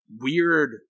weird